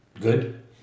good